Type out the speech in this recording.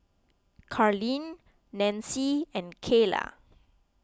Carlene Nancie and Kaila